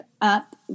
up